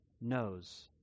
knows